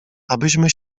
abyśmy